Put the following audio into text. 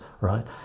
right